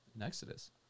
Exodus